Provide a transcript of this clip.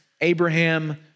Abraham